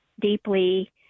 deeply